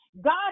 God